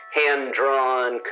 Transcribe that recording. hand-drawn